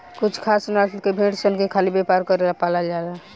कुछ खास नस्ल के भेड़ सन के खाली व्यापार करेला पालल जाला